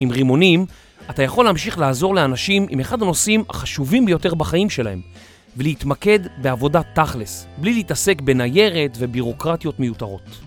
עם רימונים אתה יכול להמשיך לעזור לאנשים עם אחד הנושאים החשובים ביותר בחיים שלהם ולהתמקד בעבודה תכלס, בלי להתעסק בניירת ובירוקרטיות מיותרות